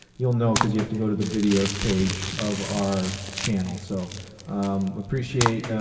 you'll know because you have to go to the videos page of our channel. so appreciate.